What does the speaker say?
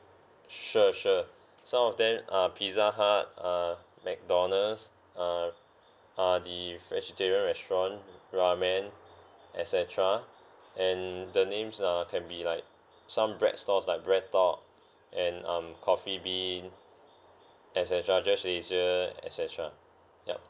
sure sure some of them are pizza hut uh mcdonald's err uh the vegetarian restaurant ramen et cetera and the names are can be like some bread stores like breadtalk and um coffee bean et cetera just leisure et cetera yup